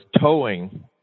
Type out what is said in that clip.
towing